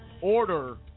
Order